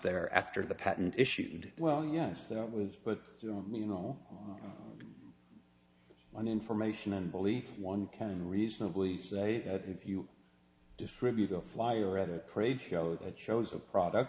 there after the patent issued well yes that was but you know on information and belief one can reasonably say that if you distribute a flyer at a trade show it shows a product